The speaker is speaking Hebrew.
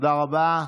תודה רבה.